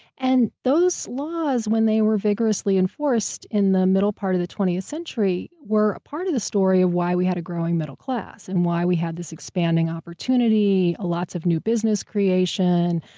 and those laws, when they were vigorously enforced in the middle part of the twentieth century, were part of the story why we had a growing middle class and why we had this expanding opportunity, ah lots of new business creation.